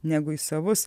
negu į savus